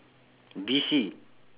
D_C